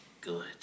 Good